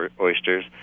oysters